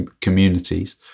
communities